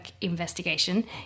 investigation